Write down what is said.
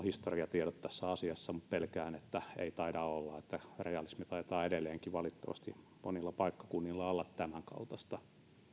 historiatiedot tässä asiassa mutta pelkään että ei taida olla että realismi taitaa edelleenkin valitettavasti monilla paikkakunnilla olla tämänkaltaista